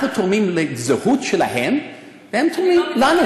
אנחנו תורמים לזהות שלהם והם תורמים לנו.